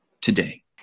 today